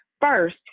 first